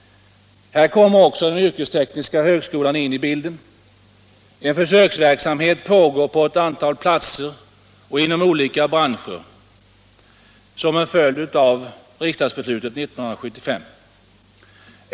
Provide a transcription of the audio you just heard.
Här kommer också den yrkestekniska högskolan in i bilden. En försöksverksamhet pågår, som en följd av riksdagsbeslutet 1975, på ett antal platser och inom olika branscher.